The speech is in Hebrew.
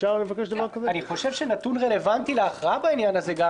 אני חושב שנתון רלוונטי להכרעה בעניין הזה זה